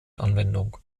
anwendung